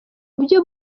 byo